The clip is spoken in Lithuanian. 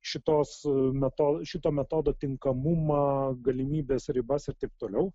šitos metodų šito metodo tinkamumą galimybės ribas ir taip toliau